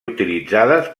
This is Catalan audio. utilitzades